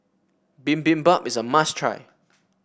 bibimbap is a must try